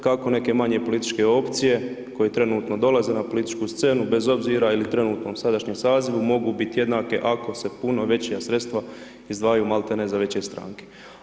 Kako neke manje političke opcije koje trenutno dolaze na političku scenu bez obzira ili u trenutnom sadašnjem sazivu, mogu bit jednake ako se puno veća sredstva izdvajaju, malte ne, za veće stranke.